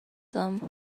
them